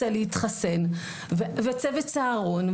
סדיר,